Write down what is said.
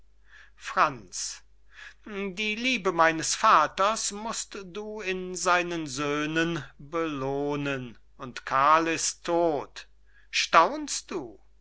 franz die liebe meines vaters must du in seinen söhnen belohnen und karl ist todt staunst du